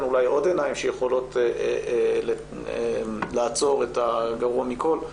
אולי עוד עיניים שיכולות לעצור את הגרוע מכול,